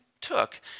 took